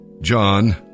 John